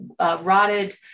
rotted